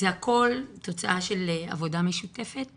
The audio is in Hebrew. זה הכול תוצאה של עבודה משותפת